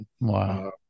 Wow